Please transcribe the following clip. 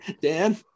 dan